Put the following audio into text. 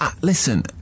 listen